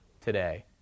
today